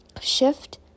shift